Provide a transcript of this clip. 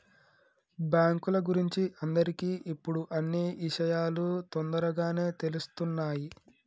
బాంకుల గురించి అందరికి ఇప్పుడు అన్నీ ఇషయాలు తోందరగానే తెలుస్తున్నాయి